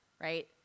right